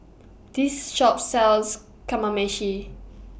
This Shop sells Kamameshi